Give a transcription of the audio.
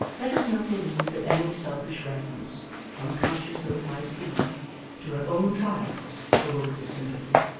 let us not believe that any selfish reference unconscious though it might have been to her own trials awoke this sympathy,